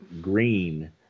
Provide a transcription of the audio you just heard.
green